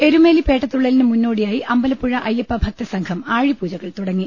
എരുമേലി പേട്ടതുള്ളലിന് മുന്നോടിയായി അമ്പലപ്പുഴ അയ്യപ്പഭക്ത സംഘം ആഴിപൂജകൾ തുടങ്ങി